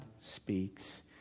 speaks